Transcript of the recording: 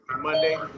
Monday